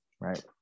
right